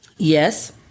Yes